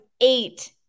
eight